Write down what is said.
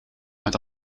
met